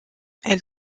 elle